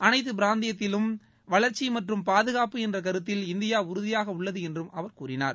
அனைத்து பிராந்தியத்திலும் வளர்ச்சி மற்றும் பாதுகாப்பு என்ற கருத்தில் இந்தியா உறுதியாக உள்ளது என்றும் அவர் கூறினார்